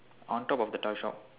on top of the toy shop